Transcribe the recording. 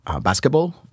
basketball